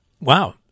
Wow